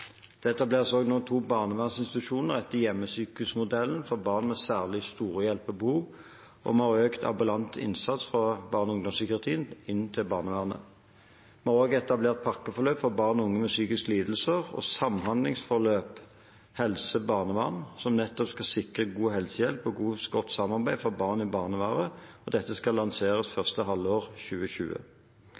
Det etableres også nå to barnevernsinstitusjoner etter hjemmesykehusmodellen for barn med særlig store hjelpebehov, og vi har økt ambulant innsats fra barne- og ungdomspsykiatrien og inn til barnevernet. Vi har også etablert pakkeforløp for barn og unge med psykiske lidelser, og samhandlingsforløp helse–barnevern, som skal sikre god helsehjelp og godt samarbeid for barn i barnevernet, skal lanseres første halvår 2020.